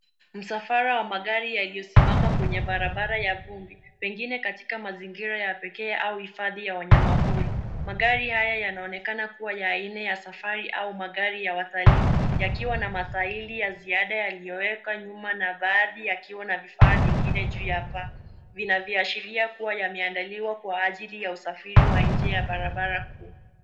Msafara wa magari yaliyosimama kwenye barabara ya vumbi, pengine katika mazingira ya pekee au uhifadhi ya wanyama pori. Magari haya yanaonekana kuwa ya aina ya safari au magari ya watalii, yakiwa na matairi ya ziada yaliowekwa nyuma na baadhi yakiwa na vifaa vingine juu ya paa, vinavyoashiria kuwa yameandaliwa kwa ajili ya usafiri wa nje ya barabara kuu.